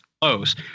close